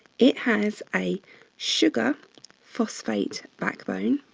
it has a sugar phosphate backbone